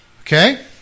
Okay